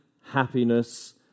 happiness